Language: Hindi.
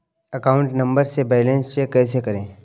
अकाउंट नंबर से बैलेंस कैसे चेक करें?